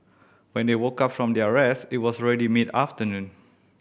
when they woke up from their rest it was already mid afternoon